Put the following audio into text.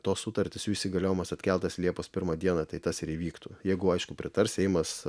tos sutartys jų įsigaliojimas atkeltas į liepos pirmą dieną tai tas ir įvyktų jeigu aišku pritars seimas